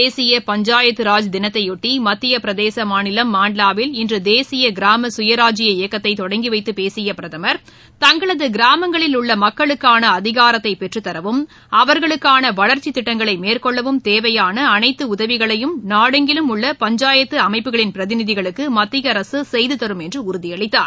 தேசிய பஞ்சாயத்தராஜ் தினத்தையொட்டி மத்தியப்பிரதேச மாநிலம் மாண்ட்லாவில் இன்று தேசிய கிராம சுயராஜ்ய இயக்கத்தை தொடங்கிவைத்து பேசிய பிரதமர் தங்களது கிராமங்களில் உள்ள மக்களுக்கான அதிகாரத்தை பெற்றுத்தரவும் அவர்களுக்காள வளர்ச்சித் திட்டங்களை மேற்கொள்ளவும் தேவையாள அனைத்து உதவிகளையும் நாடெங்கிலும் உள்ள பஞ்சாயத்து அமைப்புகளின் பிரதிநிதிகளுக்கு மத்திய அரசு செய்துதரும் என்று உறுதியளித்தார்